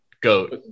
Goat